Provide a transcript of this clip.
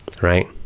Right